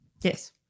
yes